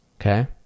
Okay